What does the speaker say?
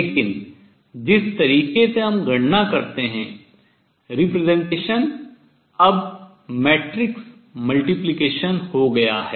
लेकिन जिस तरीके से हम गणना करते हैं representation प्रदर्शन अब matrix multiplication मैट्रिक्स गुणन हो गया है